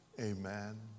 Amen